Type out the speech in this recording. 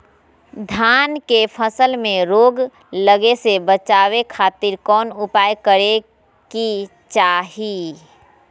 धान के फसल में रोग लगे से बचावे खातिर कौन उपाय करे के चाही?